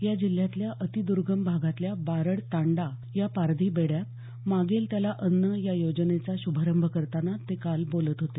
या जिल्ह्यातल्या अतिद्र्गम भागातल्या बारड तांडा या पारधी बेड्यात मागेल त्याला अन्न या योजनेचा शुभारंभ करतांना ते काल बोलत होते